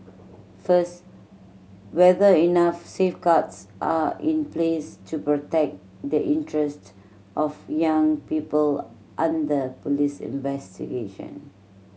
first whether enough safeguards are in place to protect the interests of young people under police investigation